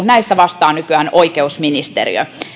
näistä vastaa nykyään oikeusministeriö